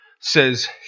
says